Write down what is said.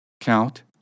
Count